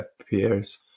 appears